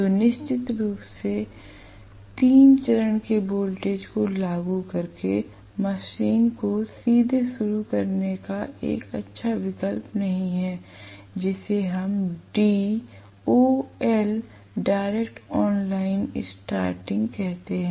तो निश्चित रूप से तीन चरण के वोल्टेज को लागू करके मशीन को सीधे शुरू करने का एक अच्छा विकल्प नहीं है जिसे हम डीओएल डायरेक्ट ऑनलाइन स्टार्टिंग कहते हैं